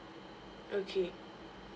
okay